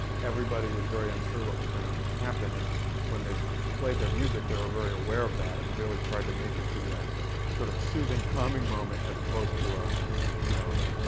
everybody was very unsure what was going to and ah happen. and when they played their music, they were very aware of that and really tried to make it be a sort of soothing, calming moment as opposed to a you know